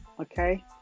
okay